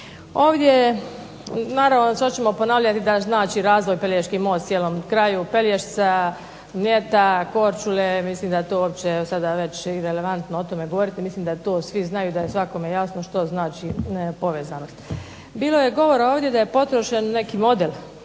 …/Ne razumije se./… ponavljati da znači razvoj pelješki most cijelom kraju Pelješca, Mljeta, Korčule, mislim da to uopće sada već i relevantno o tome govoriti, mislim da to svi znaju, da je svakome jasno što znači povezanost. Bilo je govora ovdje da je potrošen neki model,